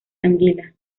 anguila